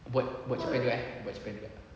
buat buat cerpen juga eh buat cerpen juga